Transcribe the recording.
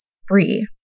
free